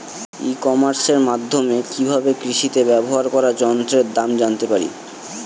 ই কমার্সের মাধ্যমে কি ভাবে কৃষিতে ব্যবহার করা যন্ত্রের দাম জানতে পারি?